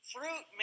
Fruit